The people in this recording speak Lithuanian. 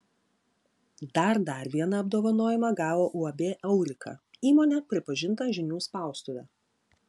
dar dar vieną apdovanojimą gavo uab aurika įmonė pripažinta žinių spaustuve